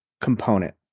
component